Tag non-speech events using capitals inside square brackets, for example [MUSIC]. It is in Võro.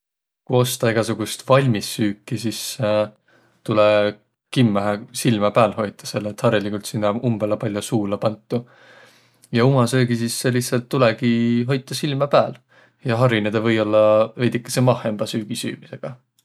Ku ostaq egäsugust valmissüüki, sis [HESITATION] tulõ kimmähe silmä pääl hoitaq, selle et hariligult sinnäq om umbõlõ pall'o suula pantu. Ja uma söögi sisse lihtsält tulõgi hoitaq silmä pääl ja harinõdaq või-ollaq vedükese mahhemba söögi süümisega.